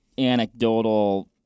Anecdotal